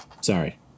Sorry